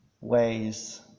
ways